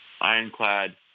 ironclad